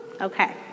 Okay